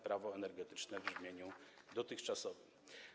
Prawo energetyczne w brzmieniu dotychczasowym.